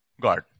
God